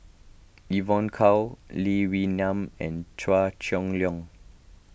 Evon Kow Lee Wee Nam and Chua Chong Long